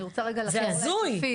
אני רוצה רגע לחזור להיקפים.